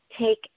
take